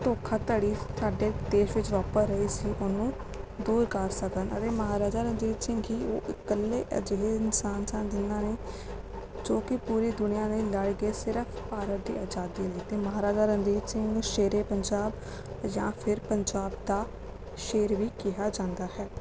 ਧੋਖਾਧੜੀ ਸਾਡੇ ਦੇਸ਼ ਵਿੱਚ ਵਾਪਰ ਰਹੇ ਸੀ ਉਹਨੂੰ ਦੂਰ ਕਰ ਸਕਣ ਅਤੇ ਮਹਾਰਾਜਾ ਰਣਜੀਤ ਸਿੰਘ ਕੀ ਉਹ ਇਕੱਲੇ ਅਜਿਹੇ ਇਨਸਾਨ ਸਨ ਜਿਹਨਾਂ ਨੇ ਜੋ ਕਿ ਪੂਰੀ ਦੁਨੀਆਂ ਨੇ ਲੜ ਗਏ ਸਿਰਫ ਭਾਰਤ ਦੀ ਆਜ਼ਾਦੀ ਲਈ ਅਤੇ ਮਹਾਰਾਜਾ ਰਣਜੀਤ ਸਿੰਘ ਨੂੰ ਸ਼ੇਰੇ ਪੰਜਾਬ ਜਾਂ ਫਿਰ ਪੰਜਾਬ ਦਾ ਸ਼ੇਰ ਵੀ ਕਿਹਾ ਜਾਂਦਾ ਹੈ